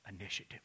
initiative